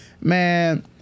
Man